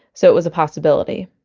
so it was a possibility.